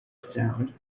sound